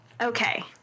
Okay